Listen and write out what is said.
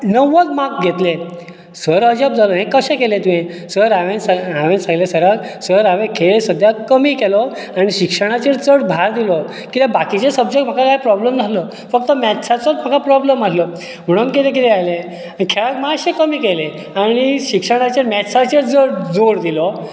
णव्वद मार्क घेतले सर अजाब जालो हें कशें केलें तुवें सर हांवें सराक सांगलें सर हांवें खेळ सद्याक कमी केलो आनी शिक्षणाचेर चड भार दिलो कित्याक बाकीचे सब्जक्ट म्हाका काय प्रोबल्म नासलो फकत मॅथ्साचो म्हाका प्रोबल्म आसलो म्हणोन कितें जालें खेळ मात्शे कमी केले आनी शिक्षणाचेर मॅथ्साचेर जोर दिलो आनी